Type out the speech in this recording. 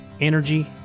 energy